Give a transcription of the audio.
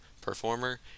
performer